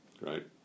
Right